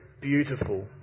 beautiful